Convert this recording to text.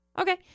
Okay